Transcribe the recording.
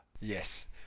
Yes